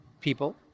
people